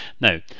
Now